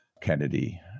Kennedy